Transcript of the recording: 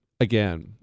Again